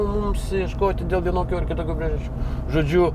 mums ieškoti dėl vienokių ar kitokių priežasčių žodžiu